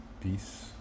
Peace